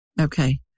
Okay